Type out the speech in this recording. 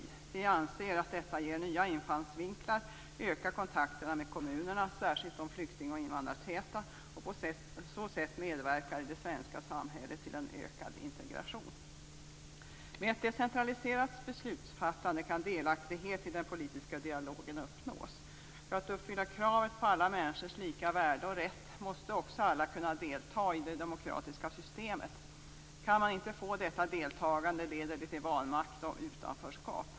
Vi anser att detta ger nya infallsvinklar, ökar kontakterna med kommunerna - särskilt de flykting och invandrartäta - och på så sätt medverkar till en ökad integration i det svenska samhället. Med ett decentraliserat beslutsfattande kan delaktighet i den politiska dialogen uppnås. För att man skall kunna uppfylla kravet på alla människors lika värde och rätt måste också alla kunna delta i det demokratiska systemet. Kan man inte få detta deltagande leder det till vanmakt och utanförskap.